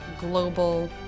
global